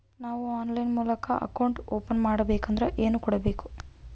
ನಾವು ಆನ್ಲೈನ್ ಮೂಲಕ account open ಮಾಡಬೇಂಕದ್ರ ಏನು ಕೊಡಬೇಕು?